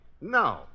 No